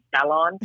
salon